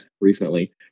recently